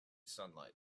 sunlight